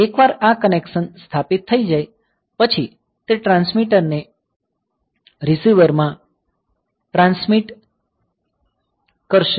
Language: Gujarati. એકવાર આ કનેકસન સ્થાપિત થઈ જાય પછી તે ટ્રાન્સમીટર ને રીસીવર માં ટ્રાન્સમિટ કરશે